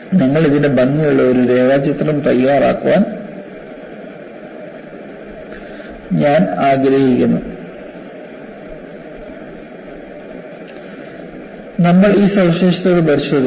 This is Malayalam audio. നിങ്ങൾ ഇതിന്റെ ഭംഗിയുള്ള ഒരു രേഖാചിത്രം തയ്യാറാക്കാൻ ഞാൻ ആഗ്രഹിക്കുന്നു നമ്മൾ ഈ സവിശേഷതകൾ പരിശോധിക്കും